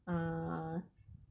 ah